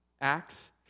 acts